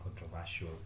controversial